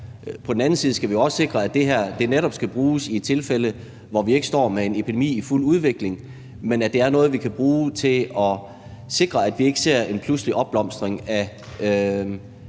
På den anden side skal vi jo også sikre, at det her netop skal bruges i tilfælde, hvor vi ikke står med en epidemi i fuld udvikling, men at det er noget, vi kan bruge til at sikre, at vi ikke ser en pludselig opblomstring af